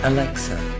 Alexa